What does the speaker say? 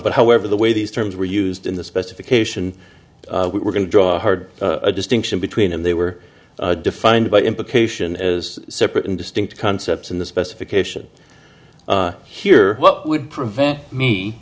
but however the way these terms were used in the specification we were going to draw a hard distinction between them they were defined by implication as separate and distinct concepts in the specification here what would prevent me